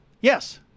Yes